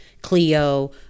Clio